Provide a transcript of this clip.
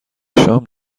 شام